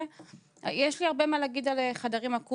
רק שעה 16:00. מה קורה אחרי שעה 16:00?